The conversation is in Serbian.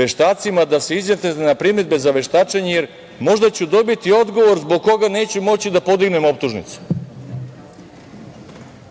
veštacima da se izjasne na primedbe za veštačenje jer možda ću dobiti odgovor zbog kog neću moći da podignem optužnicu.